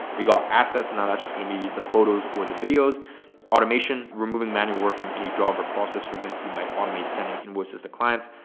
we got assets and now that's just going to be the photos or the videos automation, removing manual work from any job or process. for example, you might automate sending invoices to clients.